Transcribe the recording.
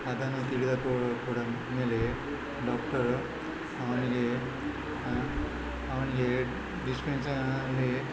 ಅದನ್ನು ತಿಳಿದ ಕೂಡು ಕೂಡ ಮೇಲೆ ಡಾಕ್ಟರು ಅವನಿಗೆ ಅವನಿಗೆ ಡಿಸ್ಪೆನ್ಷನಲ್ಲಿ